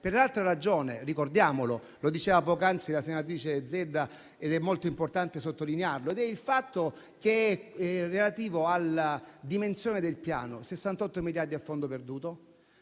per un'altra ragione - lo diceva poc'anzi la senatrice Zedda ed è molto importante sottolinearlo - che è relativa alla dimensione del Piano: 68 miliardi a fondo perduto